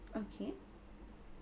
okay